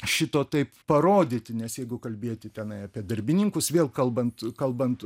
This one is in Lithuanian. šito taip parodyti nes jeigu kalbėti tenai apie darbininkus vėl kalbant kalbant